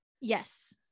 yes